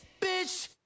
bitch